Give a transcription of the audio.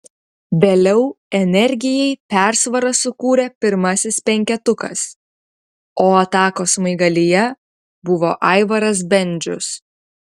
vėliau energijai persvarą sukūrė pirmasis penketukas o atakos smaigalyje buvo aivaras bendžius